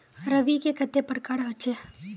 रवि के कते प्रकार होचे?